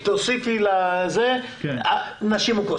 תוסיפי נשים מוכות.